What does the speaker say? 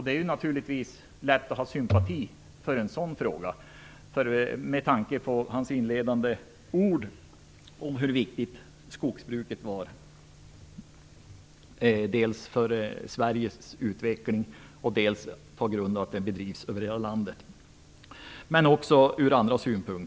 Det är naturligtvis lätt att ha sympati för en sådan åsikt med tanke på Carl G Nilssons inledande ord om hur viktigt skogsbruket var, dels för Sveriges utveckling, dels på grund av att det bedrivs över hela landet.